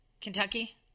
Kentucky